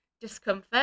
discomfort